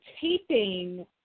taping